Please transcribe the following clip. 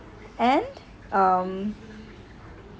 and um